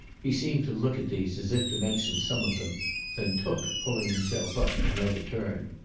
he seemed to look at these as if to mention some of them then took, pulling himself up, another turn.